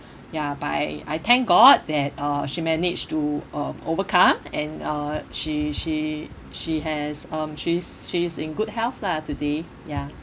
ya but I I thank god that uh she managed to uh overcome and uh she she she has um she's she's in good health lah today ya